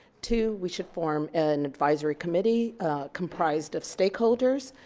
two, we should form an advisory committee comprised of stakeholders,